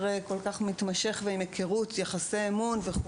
כל כך מתמשך ועם היכרות ויחסי אמון.